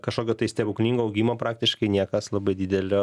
kažkokio tai stebuklingo augimo praktiškai niekas labai didelio